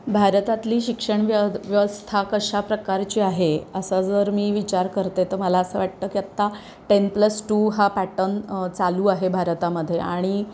भारतातली शिक्षण व्य व्यवस्था कशा प्रकारची आहे असा जर मी विचार करते तर मला असं वाटतं की आत्ता टेन प्लस टू हा पॅटर्न चालू आहे भारतामध्ये आणि